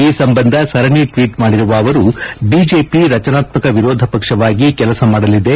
ಈ ಸಂಬಂಧ ಸರಣಿ ಟ್ನೀಟ್ ಮಾಡಿರುವ ಅವರು ಬಿಜೆಪಿ ರಚನಾತ್ಮಕ ವಿರೋಧ ಪಕ್ಷವಾಗಿ ಕೆಲಸ ಮಾಡಲಿದೆ